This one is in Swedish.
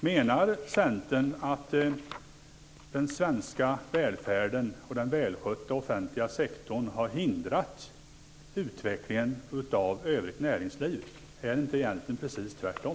Menar Centern att den svenska välfärden och den välskötta offentliga sektorn har hindrat utvecklingen av övrigt näringsliv? Är det inte egentligen precis tvärtom?